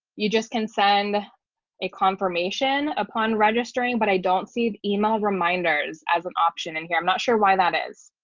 you just can send a confirmation upon registering, but i don't see the email reminders as an option in here. i'm not sure why that is.